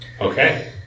Okay